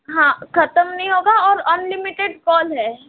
हाँ ख़त्म नहीं होगा और अनलिमिटेड कॉल है